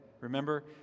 Remember